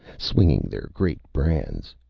swinging their great brands.